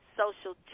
social